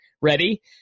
ready